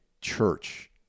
church